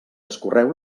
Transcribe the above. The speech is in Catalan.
escorreu